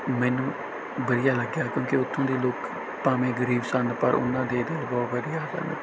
ਮੈਨੂੰ ਵਧੀਆ ਲੱਗਿਆ ਕਿਉਂਕਿ ਉੱਥੋਂ ਦੇ ਲੋਕ ਭਾਵੇਂ ਗਰੀਬ ਸਨ ਪਰ ਉਹਨਾਂ ਦੇ ਦਿਲ ਬਹੁਤ ਵਧੀਆ ਸਨ